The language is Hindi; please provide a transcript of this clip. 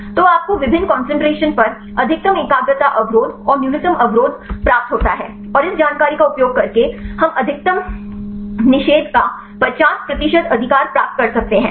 तो आपको विभिन्न कंसंट्रेशन पर अधिकतम एकाग्रता अवरोध और न्यूनतम अवरोध प्राप्त होता है और इस जानकारी का उपयोग करके हम अधिकतम निषेध का 50 प्रतिशत अधिकार प्राप्त कर सकते हैं